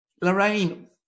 Lorraine